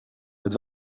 het